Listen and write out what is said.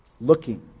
looking